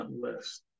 list